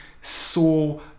saw